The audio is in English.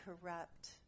corrupt